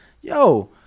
Yo